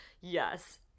Yes